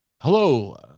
hello